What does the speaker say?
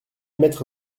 mettre